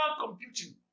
computing